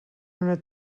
una